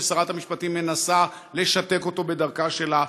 ששרת המשפטים מנסה לשתק אותו בדרכה שלה,